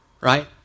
right